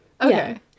Okay